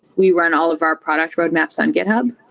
we ran all of our product roadmaps on github.